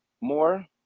more